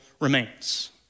remains